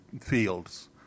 fields